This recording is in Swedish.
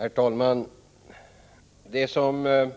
Herr talman! Vad som